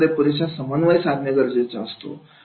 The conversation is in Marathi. त्याच्यामध्ये पुरेसा समन्वय साधणे गरजेचा असतो